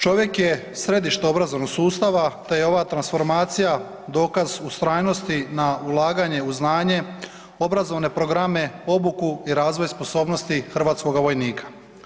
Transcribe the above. Čovjek je središte obrazovnog sustava te je ova transformacija dokaz ustrajnosti na ulaganje u znanje, obrazovne programe, obuku i razvoj sposobnosti hrvatskoga vojnika.